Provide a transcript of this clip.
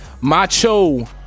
Macho